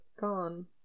gone